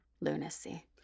Lunacy